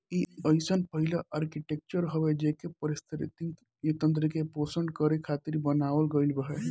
इ अइसन पहिला आर्कीटेक्चर हवे जेके पारिस्थितिकी तंत्र के पोषण करे खातिर बनावल गईल रहे